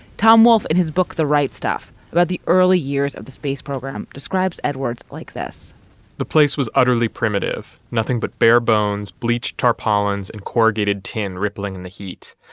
tom wolfe in his book the right stuff about the early years of the space program describes describes edwards like this the place was utterly primitive, nothing but bare bones, bleached tarpaulins and corrugated tin rippling in the heat.